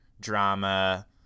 drama